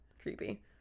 Creepy